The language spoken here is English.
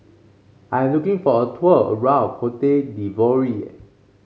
I'm looking for a tour around Cote d'Ivoire